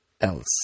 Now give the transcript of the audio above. else